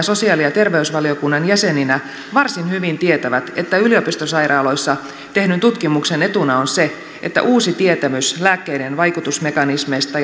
sosiaali ja terveysvaliokunnan jäseninä varsin hyvin tietävät että yliopistosairaaloissa tehdyn tutkimuksen etuna on se että uusi tietämys lääkkeiden vaikutusmekanismeista